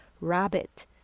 Rabbit